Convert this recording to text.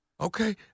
Okay